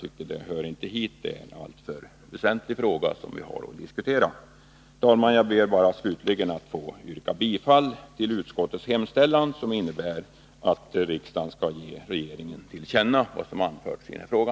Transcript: Sådant hör inte hit; det är en alltför väsentlig fråga vi har att diskutera. Herr talman! Jag ber slutligen att få yrka bifall till utskottets hemställan, vilket innebär att riksdagen skall ge regeringen till känna vad som anförts i denna fråga.